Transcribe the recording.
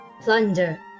Plunder